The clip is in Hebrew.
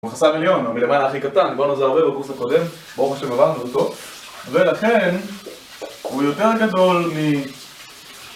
מחסה מיליון, הוא מלמעלה הכי קטן, בואנה זה הרבה בקורס הקודם בואו רואים מה שמבארנו אותו ולכן הוא יותר גדול מ...